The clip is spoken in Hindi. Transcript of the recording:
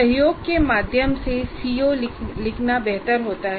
सहयोग के माध्यम से सीओ लिखना बेहतर होता है